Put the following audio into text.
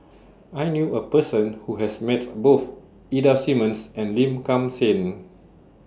I knew A Person Who has Met Both Ida Simmons and Lim Kim San